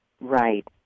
Right